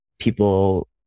People